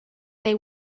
they